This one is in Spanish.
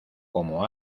como